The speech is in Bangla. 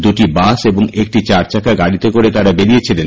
দুটি বাস এবং একটি চারচাকা গাড়িতে করে তারা বেরিয়েছিলেন